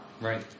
Right